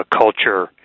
culture